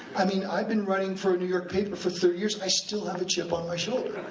i mean, i've been writing for a new york paper for thirty years, i still have a chip on my shoulder.